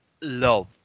love